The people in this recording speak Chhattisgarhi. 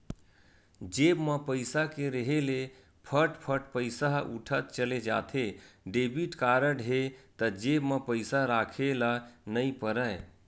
जेब म पइसा के रेहे ले फट फट पइसा ह उठत चले जाथे, डेबिट कारड हे त जेब म पइसा राखे ल नइ परय